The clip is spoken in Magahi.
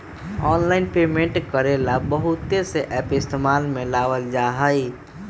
आनलाइन पेमेंट करे ला बहुत से एप इस्तेमाल में लावल जा हई